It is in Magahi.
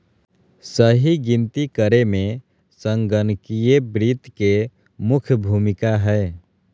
सही गिनती करे मे संगणकीय वित्त के मुख्य भूमिका हय